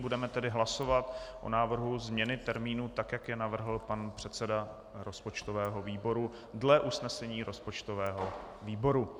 Budeme tedy hlasovat o návrhu změny termínu, tak jak ji navrhl pan předseda rozpočtového výboru dle usnesení rozpočtového výboru.